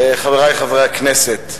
חברי חברי הכנסת,